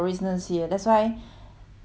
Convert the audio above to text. they don't need intern actually lah